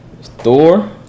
Thor